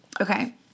Okay